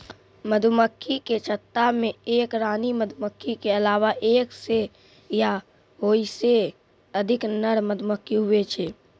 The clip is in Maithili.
मधुमक्खी के छत्ता मे एक रानी मधुमक्खी के अलावा एक सै या ओहिसे अधिक नर मधुमक्खी हुवै छै